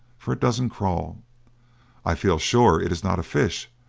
for it doesn't crawl i feel sure it is not a fish,